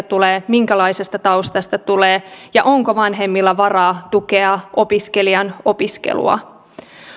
tulee minkälaisesta taustasta tulee ja onko vanhemmilla varaa tukea opiskelijan opiskelua